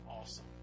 awesome